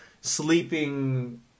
sleeping